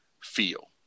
feel